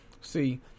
See